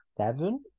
Seven